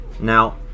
now